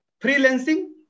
freelancing